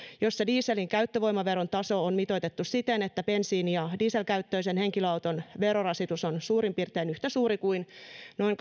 jossa dieselin käyttövoimaveron taso on mitoitettu siten että bensiini ja dieselkäyttöisen henkilöauton verorasitus on suurin piirtein yhtä suuri noin